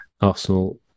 Arsenal